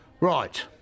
right